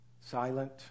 silent